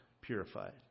purified